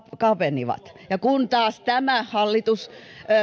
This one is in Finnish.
kapenivat kun taas tämä hallitus